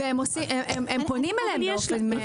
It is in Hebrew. והם פונים אליהם באופן ממוקד.